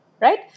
right